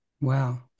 Wow